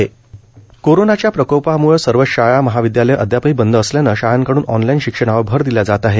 unlock learning कोरोनाच्या प्रकोपाम्ळं सर्वच शाळा महाविद्यालयं अद्यापही बंद असल्यानं शाळांकडून ऑनलाइन शिक्षणावर भर दिल्या जात आहे